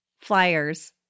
flyers